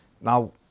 now